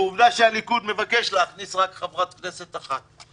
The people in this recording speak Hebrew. ועובדה שהליכוד מבקש להכניס רק חברת כנסת אחת,